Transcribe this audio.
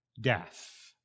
Death